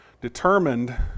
determined